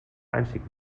einstieg